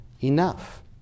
enough